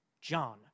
John